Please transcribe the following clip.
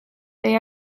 they